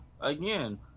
again